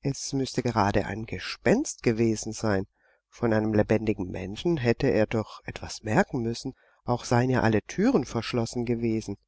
es müßte gerade ein gespenst gewesen sein von einem lebendigen menschen hätte er doch etwas merken müssen auch seien ja alle türen verschlossen gewesen